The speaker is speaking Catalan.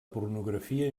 pornografia